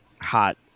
hot